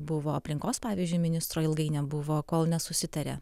buvo aplinkos pavyzdžiui ministro ilgai nebuvo kol nesusitarė